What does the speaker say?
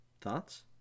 Thoughts